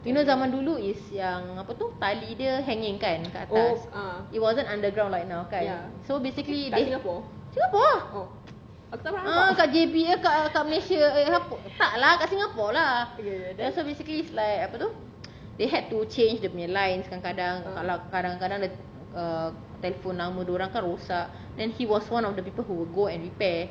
you know zaman dulu is yang apa tu tali dia hanging kan kat atas it wasn't underground like now kan ya so basically singapore ha kat J_B kat malaysia tak lah kat singapore lah so basically like apa tu they had to change dia punya lines kadang-kadang kalau kadang-kadang dia uh telephone lama dia orang kan rosak then he was one of the people who go and repair